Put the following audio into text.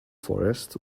forest